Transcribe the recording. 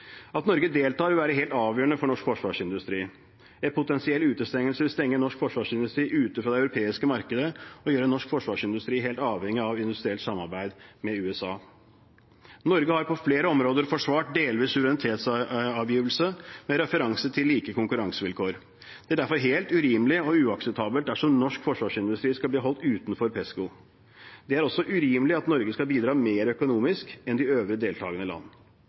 At Norge deltar, vil være helt avgjørende for norsk forsvarsindustri. En potensiell utestengelse vil stenge norsk forsvarsindustri ute fra det europeiske markedet og gjøre norsk forsvarsindustri helt avhengig av industrielt samarbeid med USA. Norge har på flere områder forsvart delvis suverenitetsavgivelse med referanse til like konkurransevilkår. Det er derfor helt urimelig og uakseptabelt dersom norsk forsvarsindustri skal bli holdt utenfor PESCO. Det er også urimelig at Norge skal bidra mer økonomisk enn de øvrige deltakende land.